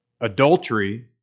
adultery